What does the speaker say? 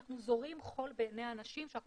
אנחנו זורים חול בעיני אנשים כשאנחנו